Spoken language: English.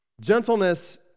Gentleness